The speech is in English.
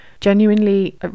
genuinely